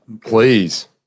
Please